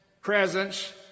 presence